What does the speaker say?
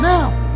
Now